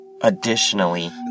Additionally